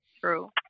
true